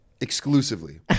Exclusively